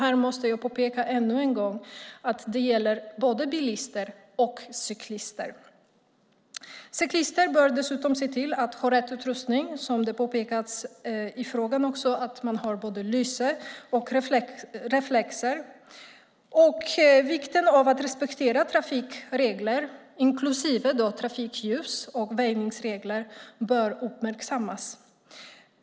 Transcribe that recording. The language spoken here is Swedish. Här måste jag ännu en gång påpeka att det gäller både bilister och cyklister. Cyklisterna bör dessutom se till att ha rätt utrustning, som också påpekas i interpellationen. Man behöver ha både lyse och reflexer. Vikten av att respektera trafikregler, inklusive trafikljus och väjningsregler, bör uppmärksammas.